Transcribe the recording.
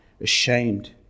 ashamed